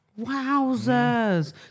Wowzers